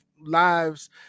lives